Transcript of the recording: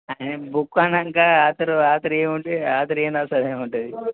book అన్నాంక ఆతరు ఆతర ఏ ఉంటే ఆతర్ ఏమి రాశాడో ఏమో తెలియదు